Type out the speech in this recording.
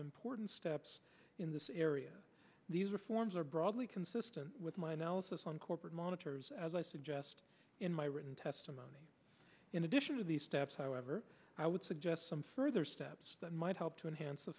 important steps in the area these reforms are broadly consistent with my analysis on corporate monitors as i suggest in my written testimony in addition to these steps however i would suggest some further steps that might help to enhance the